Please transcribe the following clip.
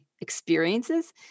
experiences